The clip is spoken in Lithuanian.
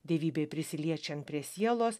dievybei prisiliečiant prie sielos